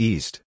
East